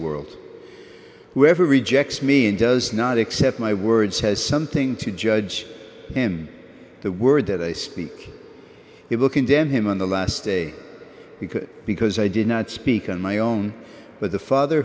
world whoever rejects me in does not accept my words has something to judge him the word that i speak it will condemn him in the last days because because i did not speak on my own but the father